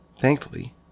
thankfully